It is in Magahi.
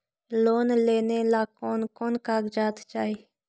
लोन लेने ला कोन कोन कागजात चाही?